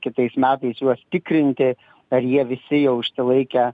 kitais metais juos tikrinti ar jie visi jau išsilaikę